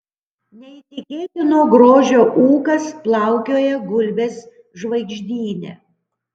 neįtikėtino grožio ūkas plaukioja gulbės žvaigždyne